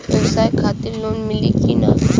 ब्यवसाय खातिर लोन मिली कि ना?